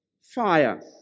fire